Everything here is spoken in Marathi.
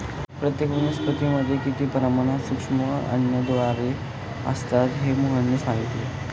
प्रत्येक वनस्पतीमध्ये किती प्रमाणात सूक्ष्म अन्नद्रव्ये असतात हे मोहनने सांगितले